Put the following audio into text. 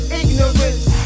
ignorance